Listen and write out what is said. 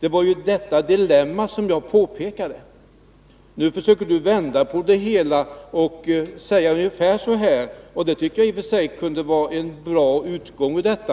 Det var ju detta dilemma som jag påpekade. Nu försöker Birgitta Johansson vända på det hela — det kunde i och för sig vara en bra utväg ur detta.